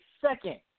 second